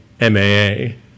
MAA